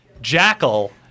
Jackal